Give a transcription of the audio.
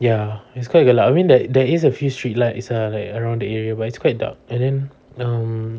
ya it's quite gelap I mean there there is a few street lights ah like around the area but it's quite dark and then um